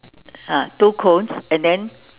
ah two cones and then